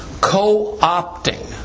co-opting